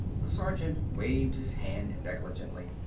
the sergeant waved his hand negligently.